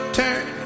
turn